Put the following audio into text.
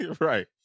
Right